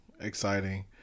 Exciting